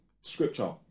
scripture